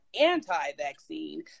anti-vaccine